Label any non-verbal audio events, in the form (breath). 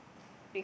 (breath)